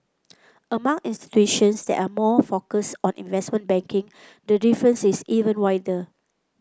among institutions that are more focused on investment banking the difference is even wider